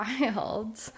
wild